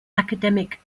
academic